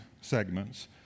segments